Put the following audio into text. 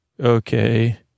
Okay